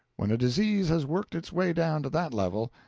when a disease has worked its way down to that level,